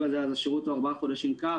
הזה אז השירות הוא: ארבעה חודשים קו,